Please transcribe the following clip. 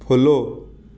follow